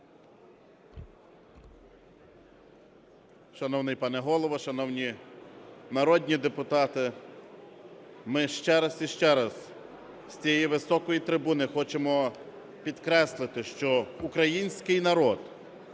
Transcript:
Шановний пане Голово, шановні народні депутати! Ми ще раз і ще раз з цієї високої трибуни хочемо підкреслити, що українських народ